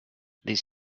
these